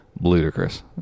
Ludicrous